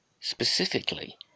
Specifically